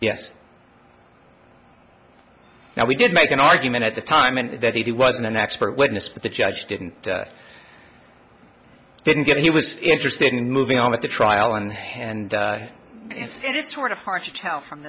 yes now we did make an argument at the time and that he was an expert witness but the judge didn't didn't get he was interested in moving on with the trial and and it's just sort of hard to tell from